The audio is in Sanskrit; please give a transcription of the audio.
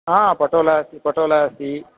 आ पटोल पटोलः अस्ति